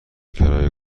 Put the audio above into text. کرایه